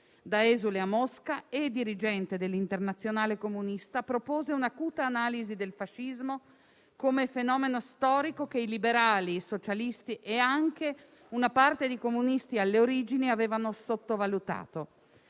da esule a Mosca e dirigente dell'Internazionale comunista, propose un'acuta analisi del fascismo come fenomeno storico che i liberali, i socialisti e anche una parte dei comunisti alle origini avevano sottovalutato.